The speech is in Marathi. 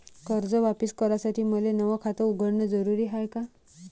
कर्ज वापिस करासाठी मले नव खात उघडन जरुरी हाय का?